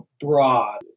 Broad